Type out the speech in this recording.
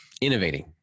Innovating